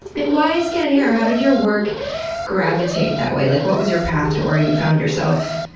and why skin and hair? how did your work gravitate that way? like what was your path to where you found yourself